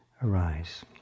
arise